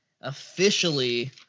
officially